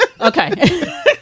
Okay